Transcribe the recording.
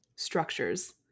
structures